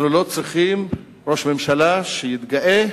אנחנו לא צריכים ראש ממשלה שיתגאה